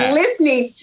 listening